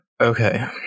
okay